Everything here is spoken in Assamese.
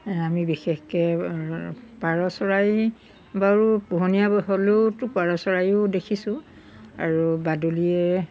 আমি বিশেষকৈ পাৰ চৰাই বাৰু পোহনীয়া হ'লেওতো পাৰ চৰাইও দেখিছোঁ আৰু বাদুলিয়ে